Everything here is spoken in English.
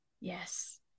Yes